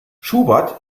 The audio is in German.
schubert